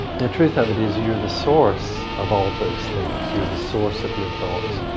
the truth of it is, you're the source of all those things you're the source of your thoughts,